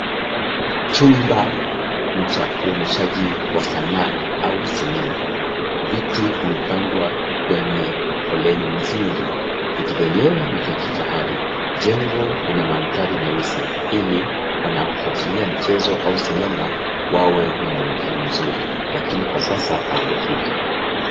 Chumba cha uoneshaji za sanaa au senema. Viti vimepangwa kwenye foleni nzuri. Viti vyenyewe ni vya kifahari. Jengo linamaandari meusi ili wanaofwatilia mchezo au senema wawe na mwonekano mzuri, kila kwa sasa hawajafika.